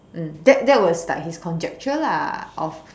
mm that that was like his conjecture lah of